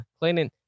Cleaning